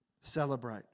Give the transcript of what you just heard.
Celebrate